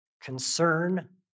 Concern